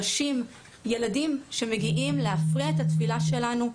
נשים וילדים שמגיעים להפריע את התפילה שלנו.